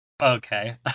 Okay